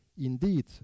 Indeed